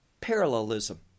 parallelism